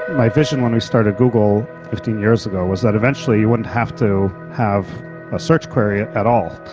my vision when we started google fifteen years ago was that eventually you wouldn't have to have a search query at all,